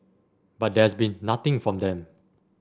but there's been nothing from them